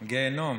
גיהינום.